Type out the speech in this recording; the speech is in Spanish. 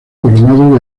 coronado